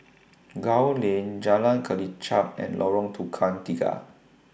Gul Lane Jalan Kelichap and Lorong Tukang Tiga